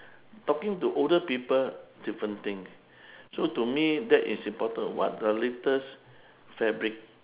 talking to older people different thing so to me that is important what are latest fabric